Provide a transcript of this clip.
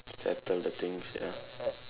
settle the things ya